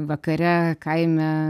vakare kaime